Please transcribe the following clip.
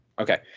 Okay